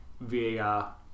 VAR